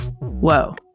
whoa